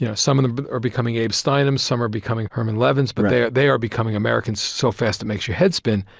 you know some of them are becoming abe steinheims, some are becoming herman levins, but they are they are becoming americans so fast it makes your head spin.